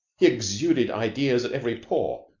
he exuded ideas at every pore.